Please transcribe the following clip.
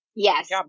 Yes